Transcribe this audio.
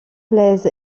blaise